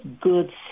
good